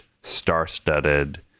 star-studded